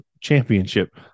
championship